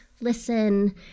listen